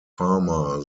farmer